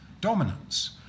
dominance